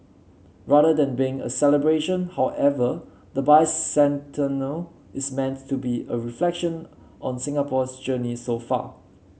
rather than being a celebration however the bicentennial is meant to be a reflection on Singapore's journey so far